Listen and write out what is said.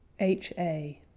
h a.